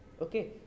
Okay